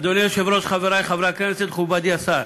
אדוני היושב-ראש, חברי חברי הכנסת, מכובדי השר,